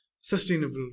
sustainable